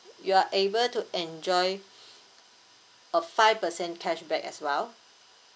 you are able to enjoy a five percent cashback as well